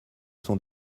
sont